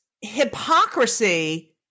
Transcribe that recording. hypocrisy